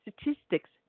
statistics